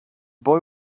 boy